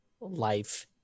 life